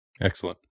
Excellent